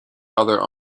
other